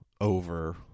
over